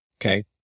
okay